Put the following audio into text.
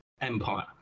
empire